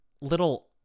little